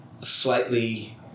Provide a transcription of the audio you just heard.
slightly